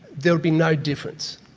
there would be no difference.